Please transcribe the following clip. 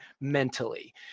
mentally